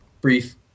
Brief